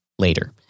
Later